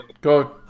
go